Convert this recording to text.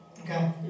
Okay